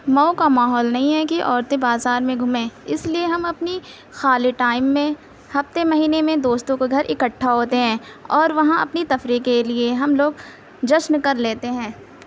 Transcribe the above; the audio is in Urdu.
مئو کا ماحول نہیں ہے کہ عورتیں بازار میں گھومیں اس لئے ہم اپنی خالی ٹائم میں ہفتے مہینے میں دوستوں کے گھر اکٹھا ہوتے ہیں اور وہاں اپنی تفریح کے لئے ہم لوگ جشن کر لیتے ہیں